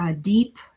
deep